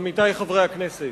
עמיתי חברי הכנסת,